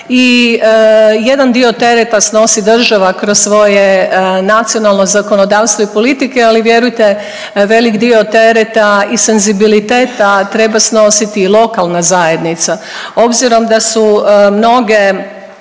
i jedan dio tereta snosi država kroz svoje nacionalno zakonodavstvo i politike, ali vjerujte, velik dio tereta i senzibiliteta treba snositi i lokalna zajednica. Obzirom da su mnoge